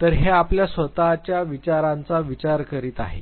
तर हे आपल्या स्वत च्या विचारांचा विचार करीत आहे